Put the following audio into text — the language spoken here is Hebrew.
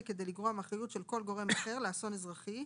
כדי לגרוע מאחריות של כל גורם אחר לאסון אזרחי,